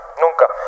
Nunca